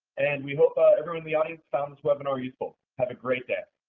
and we hope everyone in the audience found this webinar useful. have a great day.